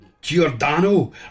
Giordano